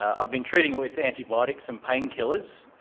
ah i've been treating it with antibiotics and painkillers,